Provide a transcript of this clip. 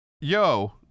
Yo